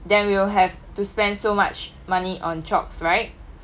then we'll have to spend so much money on chalks right